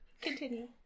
Continue